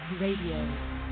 Radio